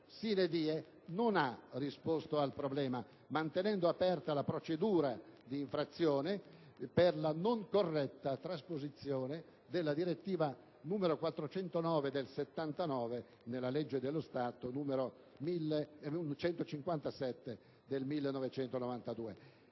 die*, non ha risolto il problema, mantenendo aperta la procedura di infrazione per la non corretta trasposizione della direttiva della Comunità europea n. 409 del 1979 nella legge dello Stato n. 157 del 1992.